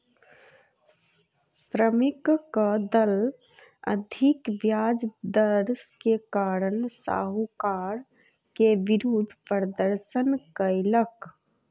श्रमिकक दल अधिक ब्याज दर के कारण साहूकार के विरुद्ध प्रदर्शन कयलक